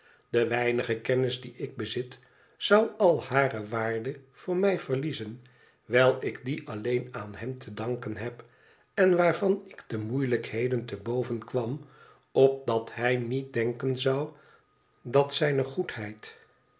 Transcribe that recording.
de weinige kennis die ik bezit zou al hare waarde voor mij verliezen wijl ik die alleen aan hem te danken heb en waarvan ik de moeielijkheden te boven kwam opdat hij niet denken zou dat zijne goedheid